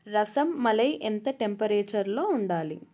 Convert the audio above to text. రసమలై ఎంత టెంపరేచర్లో ఉండాలి